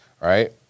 right